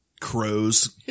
crows